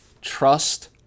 Trust